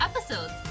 episodes